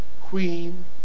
Queen